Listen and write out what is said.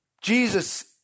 Jesus